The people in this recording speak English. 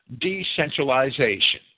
decentralization